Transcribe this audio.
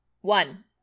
one